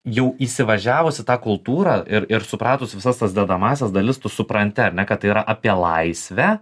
jau įsivažiavus į tą kultūrą ir ir supratus visas tas dedamąsias dalis tu supranti ar ne kad tai yra apie laisvę